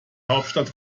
hauptstadt